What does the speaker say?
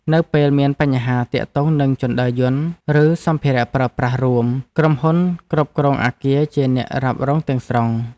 នៅពេលមានបញ្ហាទាក់ទងនឹងជណ្តើរយន្តឬសម្ភារប្រើប្រាស់រួម ក្រុមហ៊ុនគ្រប់គ្រងអគារជាអ្នករ៉ាប់រងទាំងស្រុង។